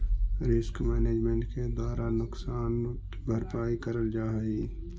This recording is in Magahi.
रिस्क मैनेजमेंट के द्वारा नुकसान की भरपाई करल जा हई